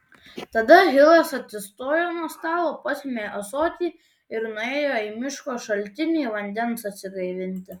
tada hilas atsistojo nuo stalo pasiėmė ąsotį ir nuėjo į miško šaltinį vandens atsigaivinti